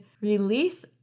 release